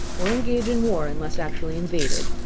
or engage in war, unless actually invaded,